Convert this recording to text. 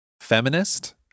Feminist